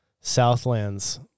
Southlands